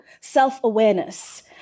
self-awareness